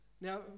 Now